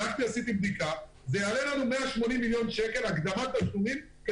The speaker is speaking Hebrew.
עשיתי בדיקה והעלות של הקדמת התשלומים תעלה 180 מיליון